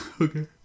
Okay